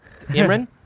Imran